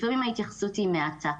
לפעמים ההתייחסות היא מעטה.